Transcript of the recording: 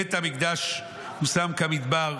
בית המקדש הוּשָׁם כמדבר,